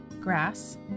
grass